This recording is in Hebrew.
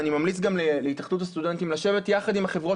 ואני ממליץ גם להתאחדות הסטודנטים לשבת יחד עם החברות